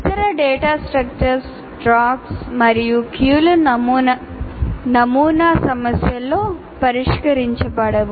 ఇతర data structure stacks మరియు క్యూలు నమూనా సమస్యలలో పరిష్కరించబడవు